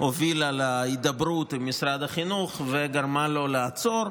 הובילה להידברות עם משרד החינוך וגרמה לו לעצור.